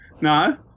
no